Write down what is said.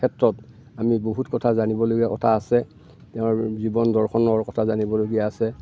ক্ষেত্ৰত আমি বহুত কথা জানিবলগীয়া কথা আছে তেওঁৰ জীৱন দৰ্শনৰ কথা জানিবলগীয়া আছে